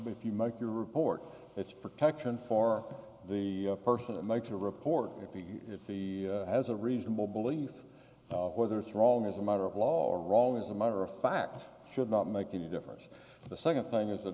if you make your report it's protection for the person that makes a report if he if he has a reasonable belief whether it's wrong as a matter of law or wrong as a matter of fact should not make a difference the second thing is a